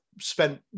spent